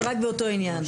רק באותו עניין.